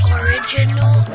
original